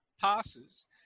passes